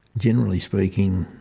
generally speaking,